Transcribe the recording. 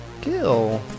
Kill